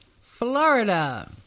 Florida